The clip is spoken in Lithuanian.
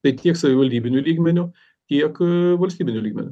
tai tiek savivaldybiniu lygmeniu tiek valstybiniu lygmeniu